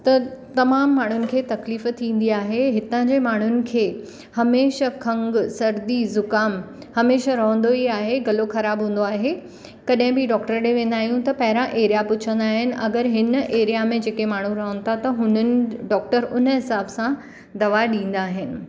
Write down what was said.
त तमामु माण्हुनि खे तकलीफ़ु थींदी आहे हितांजे माण्हुनि खे हमेशा खंघु सर्दी ज़ुकाम हमेशा रहंदो ई आहे गलो ख़राबु हूंदो आहे कॾहिं बि डॉक्टर ते वेंदा आहियूं त पहिरियां एरिया पुछंदा आहिनि अगरि हिन एरिया में जेके माण्हू रहनि था हुननि डॉक्टर उन हिसाब सां दवा ॾींदा आहिनि